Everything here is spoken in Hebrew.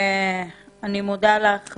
אני מודה לך,